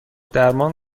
درمان